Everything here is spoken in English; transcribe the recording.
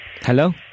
Hello